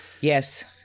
Yes